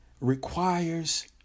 requires